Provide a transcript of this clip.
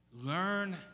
Learn